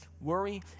Worry